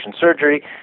surgery